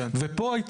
הסיפור של